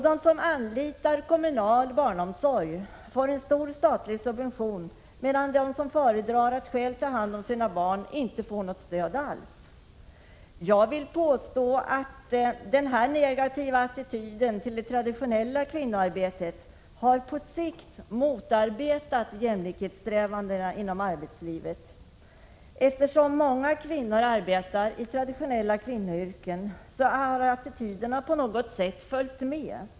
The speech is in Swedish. De som anlitar kommunal barnomsorg får en stor statlig subvention, medan de som föredrar att själva ta hand om sina barn inte får något stöd alls. Jag vill påstå att denna negativa attityd till det traditionella kvinnoarbetet på sikt har motarbetat jämlikhetssträvandena inom arbetslivet. Eftersom många kvinnor arbetar i traditionella kvinnoyrken har attityderna på något sätt följt med.